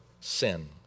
sin